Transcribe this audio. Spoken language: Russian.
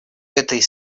этой